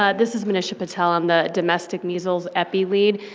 ah this is manisha patel, i'm the domestic measles epi-lead.